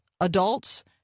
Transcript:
adults